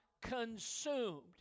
consumed